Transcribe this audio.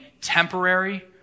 Temporary